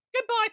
Goodbye